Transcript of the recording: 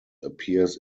appears